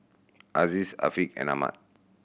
Aziz Afiq and Ahmad